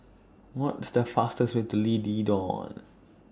What's The fastest Way to D Leedon